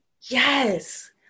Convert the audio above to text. Yes